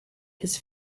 his